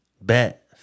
bet